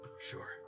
Sure